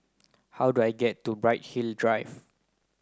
how do I get to Bright Hill Drive